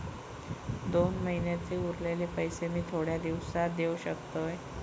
दोन महिन्यांचे उरलेले पैशे मी थोड्या दिवसा देव शकतय?